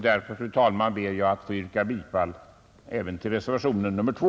Därför, fru talman, ber jag att få yrka bifall även till reservationen 2.